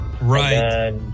Right